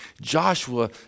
Joshua